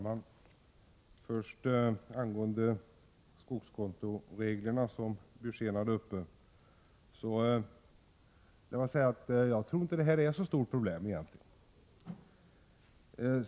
Herr talman! Angående skogskontoreglerna, som Karl Björzén talade om, kan jag säga att de nog egentligen inte är ett så stort problem.